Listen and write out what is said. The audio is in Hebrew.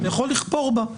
שאתה יכול לכפור בה,